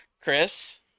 Chris